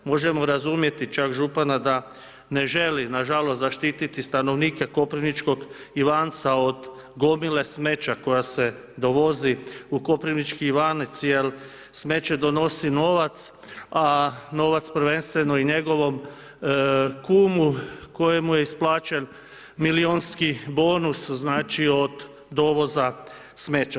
Možemo razumjeti čak župana da ne želi, na žalost, zaštiti stanovnike koprivničkog i lanca od gomile smeća koja se dovozi u Koprivnički Ivanec jel smeće donosi novac, a novac prvenstveno i njegovom kumu kojemu je isplaćen milijunski bonus, znači, od dovoza smeća.